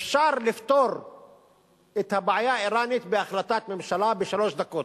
אפשר לפתור את הבעיה האירנית בהחלטת ממשלה בשלוש דקות: